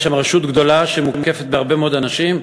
יש שם רשות גדולה שמוקפת בהרבה מאוד אנשים,